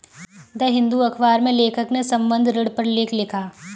the Hindu अखबार में लेखक ने संबंद्ध ऋण पर लेख लिखा